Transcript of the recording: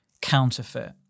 counterfeit